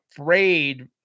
afraid